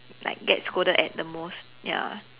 like get scolded at the most ya